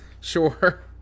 Sure